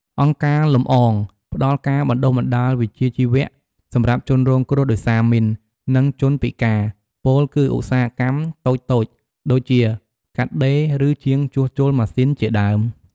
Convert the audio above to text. អង្គការ លំអង ផ្ដល់ការបណ្តុះបណ្ដាលវិជ្ជាជីវៈសម្រាប់ជនរងគ្រោះដោយសារមីន និងជនពិការ ពោលគឺឧស្សាហកម្មតូចៗ ដូចជាកាត់ដេរ ឬ ជាងជួសជុលម៉ាសុីនជាដើម។